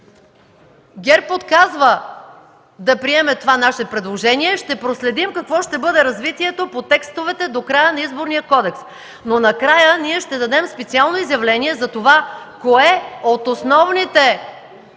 ГЕРБ отказва да приеме това наше предложение. Ще проследим какво ще бъде развитието по текстовете до края на Изборния кодекс. Но накрая ние ще дадем специално изявление за това кое от основните